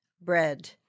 bread